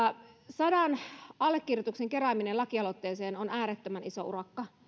sadan allekirjoituksen kerääminen lakialoitteeseen on äärettömän iso urakka